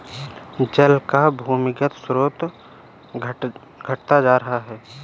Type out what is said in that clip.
जल का भूमिगत स्रोत घटता जा रहा है